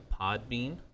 Podbean